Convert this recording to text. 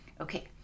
Okay